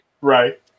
Right